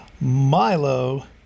Milo